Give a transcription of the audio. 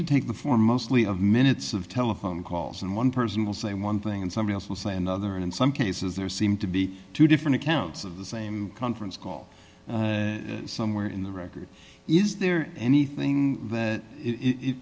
to take the form mostly of minutes of telephone calls and one person will say one thing and somebody else will say another and in some cases there seem to be two different accounts of the same conference call somewhere in the record is there anything that i